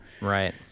Right